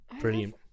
Brilliant